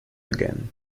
again